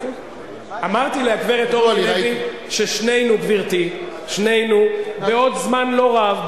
אמרתי לגברתי ששנינו בעוד זמן לא רב,